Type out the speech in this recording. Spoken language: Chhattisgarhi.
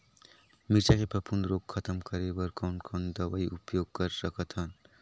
मिरचा के फफूंद रोग खतम करे बर कौन कौन दवई उपयोग कर सकत हन?